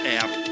app